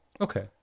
Okay